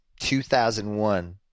2001